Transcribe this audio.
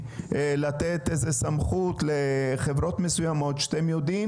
לתת איזו סמכות לחברות מסוימות שאתם יודעים